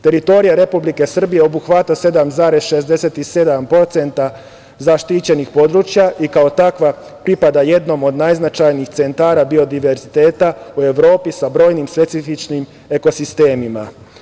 Teritorija Republike Srbije obuhvata 7,67% zaštićenih područja i kao takva pripada jednom od najznačajnijih centara biodiverziteta u Evropi sa brojnim specifičnim eko sistemima.